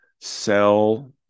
sell